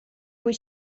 kui